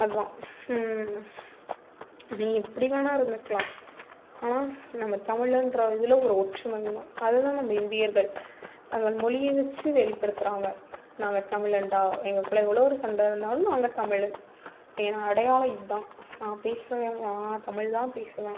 அதுதான் நீ எப்படி வேணால் இருந்துக்கலாம் ஆனால் நம்ம தமிழன்கிற இதில் ஒரு ஒற்றுமை வேணும் அதுதான் நம்ம இந்தியர்கள் தங்கள் மொழியை வச்சு வெளிப்படுத்துகிறாங்க நாங்கள் தமிழன்டா எங்களுக்குள்ளே எவ்வளோ ஒரு சண்டை இருந்தாலும் நாங்கள் தமிழ் என் அடையாளம் இதுதான் நான் பேசுவேன் நான் தமிழ்தான் பேசுவேன்